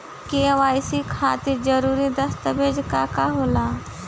KYC खातिर जरूरी दस्तावेज का का होला?